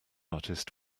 artist